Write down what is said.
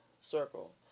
circle